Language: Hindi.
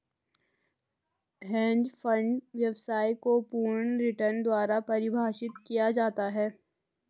हैंज फंड व्यवसाय को पूर्ण रिटर्न द्वारा परिभाषित किया जाता है